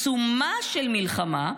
בעיצומה של מלחמה,